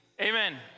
amen